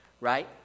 right